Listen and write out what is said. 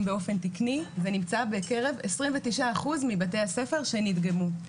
באופן תקני ונמצא בקרב 29% מבתי הספר שנדגמו.